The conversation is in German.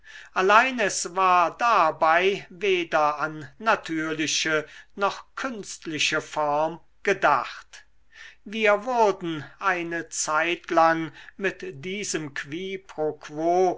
allein es war dabei weder an natürliche noch künstliche form gedacht wir wurden eine zeitlang mit diesem qui pro quo